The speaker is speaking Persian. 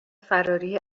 فراری